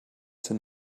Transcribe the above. sind